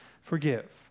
forgive